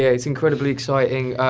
yeah it's incredibly exciting.